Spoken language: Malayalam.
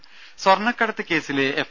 രുമ സ്വർണക്കടത്ത് കേസിലെ എഫ്